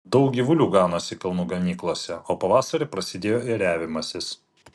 daug gyvulių ganosi kalnų ganyklose o pavasarį prasidėjo ėriavimasis